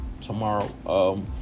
tomorrow